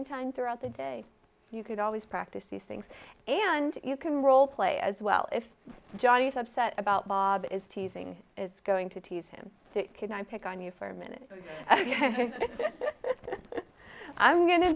in time throughout the day you could always practice these things and you can role play as well if johnny subset about bob is teasing is going to tease him to it can i pick on you for a minute i'm go